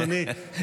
אדוני,